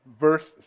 verse